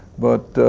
but,